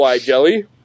Jelly